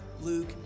Luke